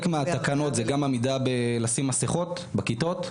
מהתקנות זה גם עמידה בלשים מסכות בכיתות?